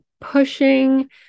pushing